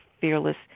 fearless